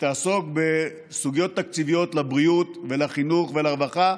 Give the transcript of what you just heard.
שתעסוק בסוגיות תקציביות לבריאות, לחינוך ולרווחה,